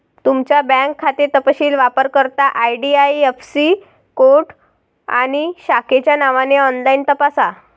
तुमचा बँक खाते तपशील वापरकर्ता आई.डी.आई.ऍफ़.सी कोड आणि शाखेच्या नावाने ऑनलाइन तपासा